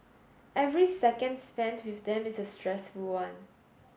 every second spent with them is a stressful one